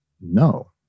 no